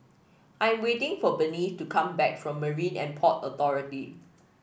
I'm waiting for Berniece to come back from Marine And Port Authority